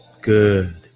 good